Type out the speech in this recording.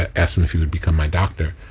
ah asked him if he would become my doctor.